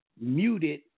muted